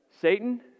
Satan